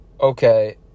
okay